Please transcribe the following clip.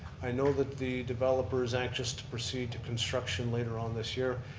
i know that the developer's actions to proceed to construction later on this year,